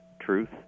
truth